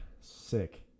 sick